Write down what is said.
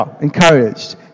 encouraged